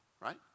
right